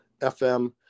FM